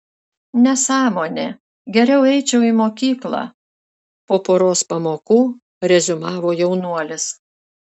nesąmonė geriau eičiau į mokyklą po poros pamokų reziumavo jaunuolis